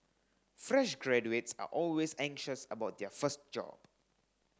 fresh graduates are always anxious about their first job